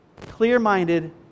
clear-minded